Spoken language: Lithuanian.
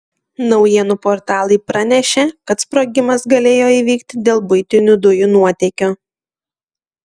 naujienų portalai pranešė kad sprogimas galėjo įvykti dėl buitinių dujų nuotėkio